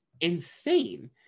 insane